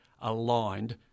aligned